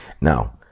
now